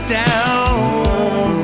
down